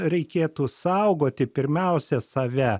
reikėtų saugoti pirmiausia save